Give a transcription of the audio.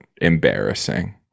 embarrassing